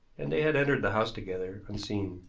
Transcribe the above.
and they had entered the house together, unseen.